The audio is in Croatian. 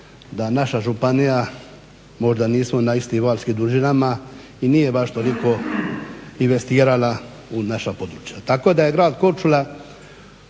da naša županija, možda nismo na istim valnim dužinama, i nije baš toliko investirala u naša područja. Tako da je grad Korčula